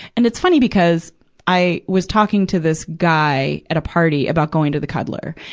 and it's funny because i was talking to this guy at a party about going to the cuddler.